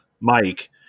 Mike